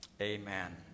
Amen